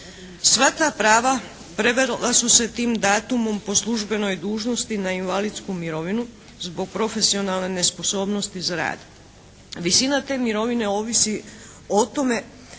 Sva ta prava prevela su se tim datumom po službenoj dužnosti na invalidsku mirovinu zbog profesionalne nesposobnosti za rad. Visine te mirovine ovisi o tome